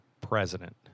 president